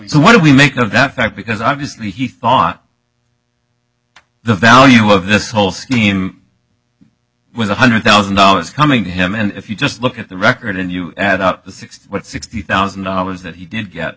so what do we make of that fact because obviously he thought the value of this whole scheme with a hundred thousand dollars coming to him and if you just look at the record and you add up to sixty sixty thousand dollars that he didn't get